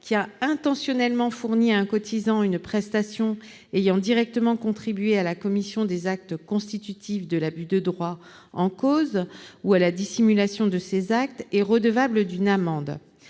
qui a intentionnellement fourni à un cotisant une prestation ayant directement contribué à la commission des actes constitutifs de l'abus de droit en cause ou à la dissimulation de ces actes est redevable d'une amende.